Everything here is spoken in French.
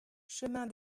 chemin